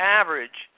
average